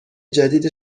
جدید